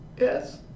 yes